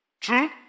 True